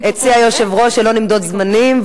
הציע היושב-ראש שלא נמדוד זמנים,